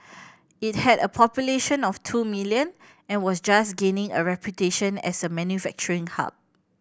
it had a population of two million and was just gaining a reputation as a manufacturing hub